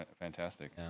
fantastic